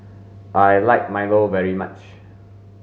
I like milo very much